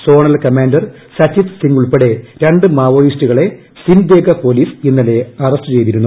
zonal commander Sachit സിങ്ങുൾപ്പെടെ രണ്ട് മാവോയിസ്റ്റുകളെ സിംദേഗ പൊലീസ് ഇന്നലെ അറസ്റ്റ് ചെയ്തിരുന്നു